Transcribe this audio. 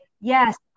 yes